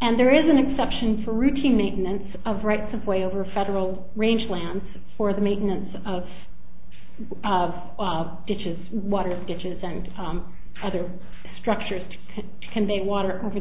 and there is an exception for routine maintenance of rights of way over federal range plans for the maintenance of of of ditches water ditches and some other structures to convey water to the